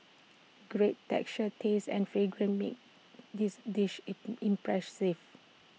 great texture taste and fragrance make this dish IT impressive